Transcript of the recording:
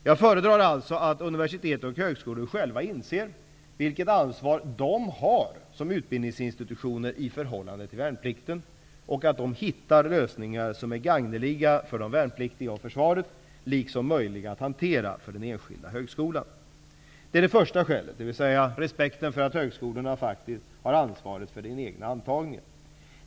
Jag föredrar alltså att universitet och högskolor själva inser vilket ansvar de har som utbildningsinstitutioner i förhållande till värnplikten, och att de hittar lösningar som är gagneliga för de värnpliktiga och försvaret samt möjliga att hantera för den enskilda högskolan. Det är det första skälet -- respekten för att högskolorna faktiskt har ansvaret för den egna antagningen.